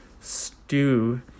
stew